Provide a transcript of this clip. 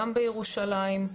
גם בירושלים,